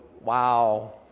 wow